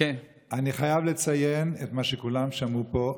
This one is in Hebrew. אני חייב לציין את מה שכולם שמעו פה,